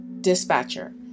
Dispatcher